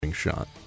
Shot